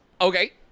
okay